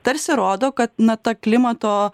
tarsi rodo kad na ta klimato